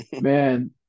Man